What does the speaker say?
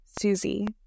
Susie